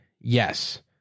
Yes